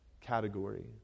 category